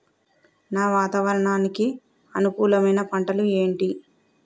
వాతావరణానికి అనుకూలమైన పంటలు ఏంటి?